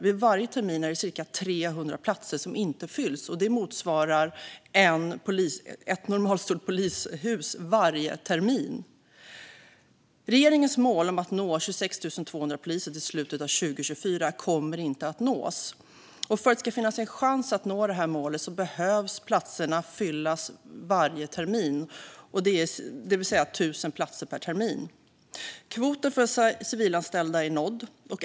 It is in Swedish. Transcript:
Vid varje termin är det cirka 300 platser som inte fylls. Det motsvarar ett normalstort polishus - varje termin! Regeringens mål om att nå 26 200 poliser till slutet av 2024 kommer inte att nås. För att det ska finnas en chans att nå målet behöver platserna fyllas varje termin, det vill säga 1 000 platser per termin. Kvoten för civilanställda är nådd.